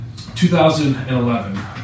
2011